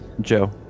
Joe